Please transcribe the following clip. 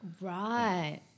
Right